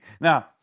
Now